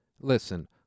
Listen